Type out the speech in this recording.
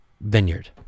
vineyard